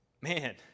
Man